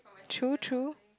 true true